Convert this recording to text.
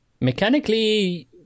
mechanically